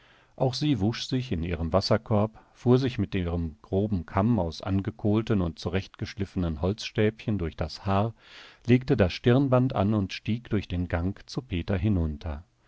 auch sie wusch sich in ihrem wasserkorb fuhr sich mit ihrem groben kamm aus angekohlten und zurechtgeschliffenen holzstäbchen durch das haar legte das stirnband an und stieg durch den gang zu peter hinunter